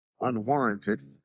unwarranted